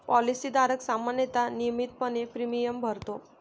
policy धारक सामान्यतः नियमितपणे प्रीमियम भरतो